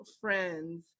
friends